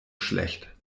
schlecht